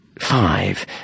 five